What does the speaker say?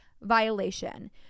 violation